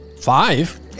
five